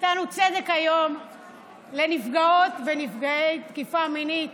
נתנו היום צדק לנפגעות ונפגעי תקיפה מינית.